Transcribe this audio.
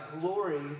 glory